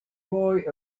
boy